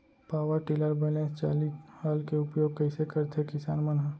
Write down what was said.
Power tiller बैलेंस चालित हल के उपयोग कइसे करथें किसान मन ह?